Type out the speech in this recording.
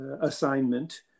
assignment